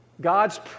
God's